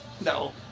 No